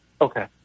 Okay